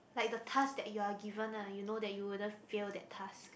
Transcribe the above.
like the task that you're given ah you know you wouldn't fail that task